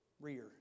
rear